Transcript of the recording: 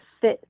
fit